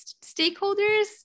stakeholders